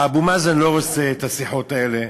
אבו מאזן לא רוצה את השיחות האלה,